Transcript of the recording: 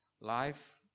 Life